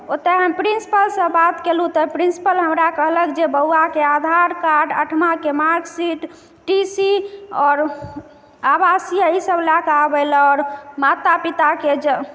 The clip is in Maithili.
ओतय हम प्रिंसिपलसँ बात कयलहुँ तऽ प्रिंसिपल हमरा कहलक जे बौआके आधार कार्ड आठमाके मार्कशीट टी सी आओर आवासीय ई सब लए कऽ आबैए लऽ आओर माता पिताके